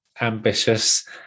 ambitious